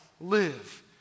live